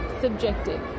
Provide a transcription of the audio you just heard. subjective